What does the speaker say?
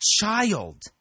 child